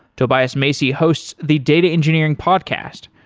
tobias macey hosts the data engineering podcast,